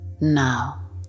Now